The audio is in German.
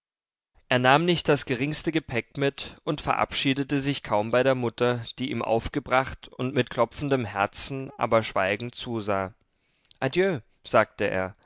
er nahm nicht das geringste gepäck mit und verabschiedete sich kaum bei der mutter die ihm aufgebracht und mit klopfendem herzen aber schweigend zusah adieu sagte er